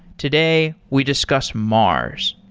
today, we discuss mars.